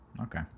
Okay